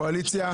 קואליציה.